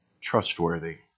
trustworthy